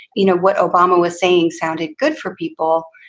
you know what obama was saying sounded good for people,